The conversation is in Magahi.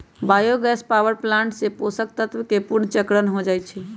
बायो गैस पावर प्लांट से पोषक तत्वके पुनर्चक्रण हो जाइ छइ